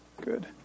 good